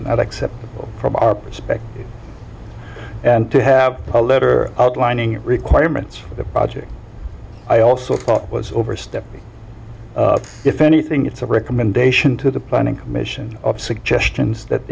and unacceptable from our perspective and to have a letter outlining requirements for the project i also thought was overstepping if anything it's a recommendation to the planning commission of suggestions that